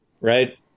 right